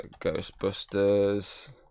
Ghostbusters